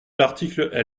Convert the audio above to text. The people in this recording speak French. l’article